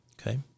Okay